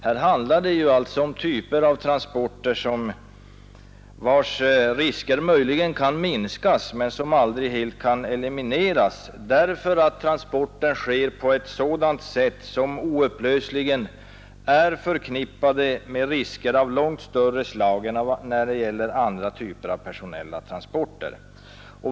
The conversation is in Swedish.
Här handlar det alltså om typer av transporter vilkas risker möjligen kan minska men aldrig helt kan elimineras, eftersom transporterna sker på ett sådant sätt att de oupplösligen är förknippade med risker långt större än när det gäller andra typer av personella transporter.